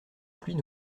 pluie